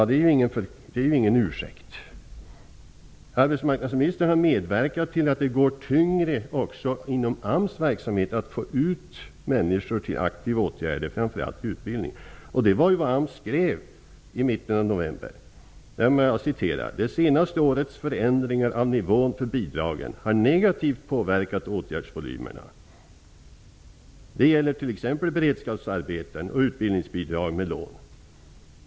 Det är ingen ursäkt. Arbetsmarknadsministern har medverkat till att det går tyngre också inom AMS verksamhet med att få ut människor i aktiva åtgärder, framför allt utbildning. AMS skrev i mitten av november: ''Det senaste årets förändringar av nivån för bidragen har negativt påverkat åtgärdsvolymerna. Det gäller t.ex. beredskapsarbeten och utbildningsbidrag med lån.